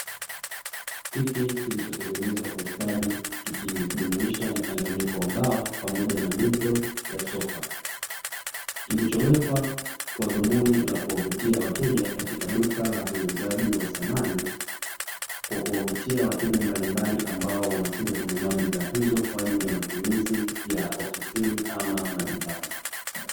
Kiti kilichotengeenzwa kwa ustadi kikijumuisha mchanganyiko wa mbao pamoja na mito ya sofa, kilichowekwa kwa dhumuni la kuwauzia wateja katika duka la samani, kwa kuwavutia wateja mbalimbali ambao wanakuja kununua bidhaa hizo, kwa ajili ya matumizi ya maofisini au majumbani.